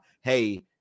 hey